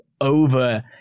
over